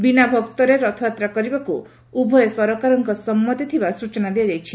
ବିନା ଭକ୍ତରେ ରଥଯାତ୍ରା କରିବାକୁ ଉଭୟ ସରକାରଙ୍କ ସମ୍ମତି ଥିବା ସ୍ଚନା ଦିଆଯାଇଛି